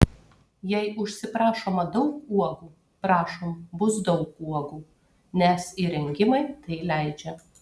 jei užsiprašoma daug uogų prašom bus daug uogų nes įrengimai tai leidžia